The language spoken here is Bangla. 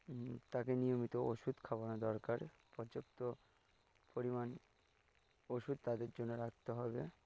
তাকে নিয়মিত ওষুধ খাওয়ানো দরকার পর্যাপ্ত পরিমাণ ওষুধ তাদের জন্য রাখতে হবে